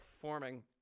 forming